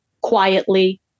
quietly